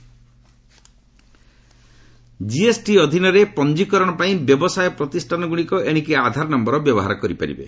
GST council GST ଅଧୀନରେ ପଞ୍ଜୀକରଣ ପାଇଁ ବ୍ୟବସାୟ ପ୍ରତିଷ୍ଠାନଗୁଡ଼ିକ ଏଣିକି ଆଧାର ନୟର ବ୍ୟବହାର କରିପାରିବେ